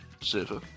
server